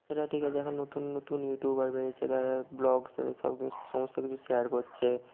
সেটা ঠিক আছে এখন নতুন নতুন ইউটিউবার বেড়িয়েছে তারা ব্লগ সাথে সব কিছু সমস্ত কিছু শেয়ার করছে